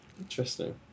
Interesting